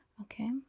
Okay